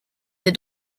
they